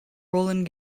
roland